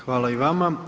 Hvala i vama.